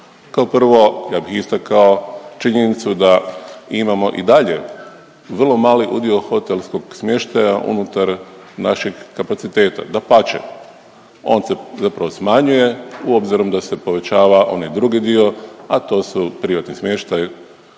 Kao prvo ja bih istakao činjenicu da imamo i dalje vrlo mali udio hotelskog smještaja unutar naših kapaciteta. Dapače, on se zapravo smanjuje obzirom da se povećava onaj drugi dio, a to su privatni smještaj